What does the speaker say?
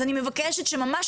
אז אני מבקשת שממש,